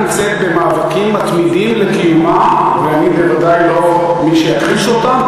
והמדינה נמצאת במאבקים מתמידים לקיומה ואני בוודאי לא מי שיכחיש אותם.